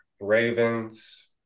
Ravens